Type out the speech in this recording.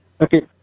Okay